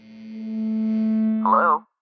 Hello